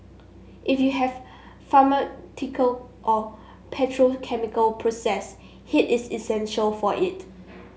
if you have pharmaceutical or petrochemical process heat is essential for it